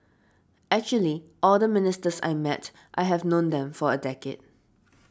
actually all the ministers I met I have known them for a decade